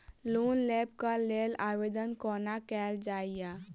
Loan लेबऽ कऽ लेल आवेदन कोना कैल जाइया?